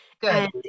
Good